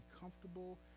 comfortable